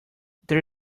there